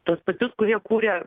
tuos pačius kurie kūrė